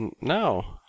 No